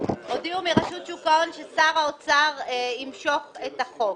הודיעו מרשות שוק ההון ששר האוצר ימשוך את החוק.